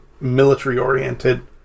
military-oriented